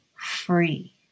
free